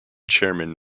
chairman